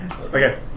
Okay